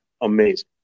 amazing